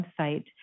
website